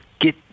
get